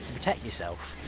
protect yourself.